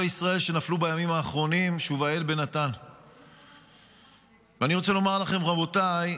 רבותיי,